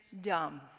dumb